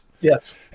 Yes